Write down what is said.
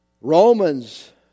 Romans